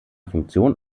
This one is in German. funktion